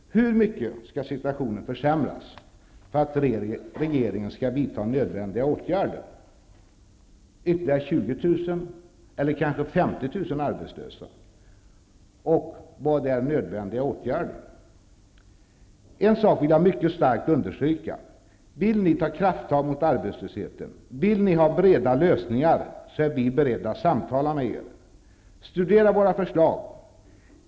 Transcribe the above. Hur mycket skall situationen försämras för att regeringen skall vidta nödvändiga åtgärder? Skall det vara ytterligare 20 000 eller 50 000 arbetslösa? Vad är nödvändiga åtgärder? En sak vill jag mycket starkt understryka. Om ni vill ta krafttag mot arbetslösheten, om ni vill ha breda lösningar, är vi beredda att samtala med er. Studera våra förslag.